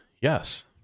Yes